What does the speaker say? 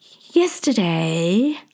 Yesterday